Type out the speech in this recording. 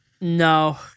No